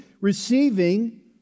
receiving